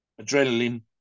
adrenaline